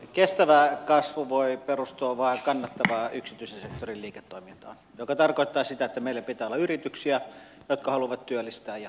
kestävä kasvu voi perustua vain kannattavaan yksityisen sektorin liiketoimintaan mikä tarkoittaa sitä että meillä pitää olla yrityksiä jotka haluavat työllistää ja investoida